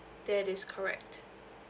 that is correct